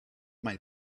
might